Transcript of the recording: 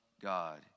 God